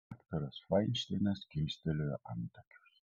daktaras fainšteinas kilstelėjo antakius